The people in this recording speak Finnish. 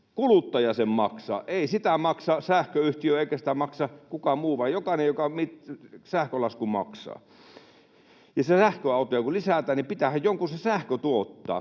Huru: Veronmaksaja!] Ei sitä maksa sähköyhtiö, eikä sitä maksa kukaan muu, vaan jokainen, joka sähkölaskun maksaa. Ja sähköautoja kun lisätään, niin pitäähän jonkun se sähkö tuottaa.